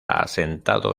asentado